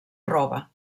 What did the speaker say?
roba